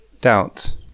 Doubt